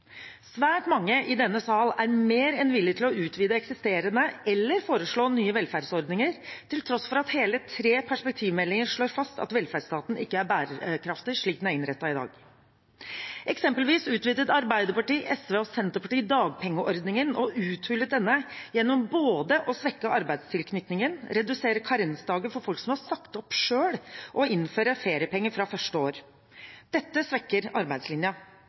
Svært mange i denne sal er mer enn villige til å utvide eksisterende eller foreslå nye velferdsordninger, til tross for at hele tre perspektivmeldinger slår fast at velferdsstaten ikke er bærekraftig slik den er innrettet i dag. Eksempelvis utvidet Arbeiderpartiet, SV og Senterpartiet dagpengeordningen og uthulet denne, gjennom både å svekke arbeidstilknytningen, redusere karensdager for folk som har sagt opp selv, og innføre feriepenger fra første år. Dette svekker